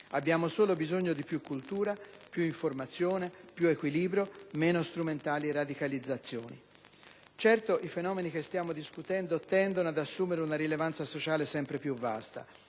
Abbiamo solo bisogno di più cultura, più informazione, più equilibrio, meno strumentali radicalizzazioni. Certo, i fenomeni che stiamo discutendo tendono ad assumere una rilevanza sociale sempre più vasta.